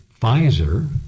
Pfizer